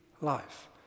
life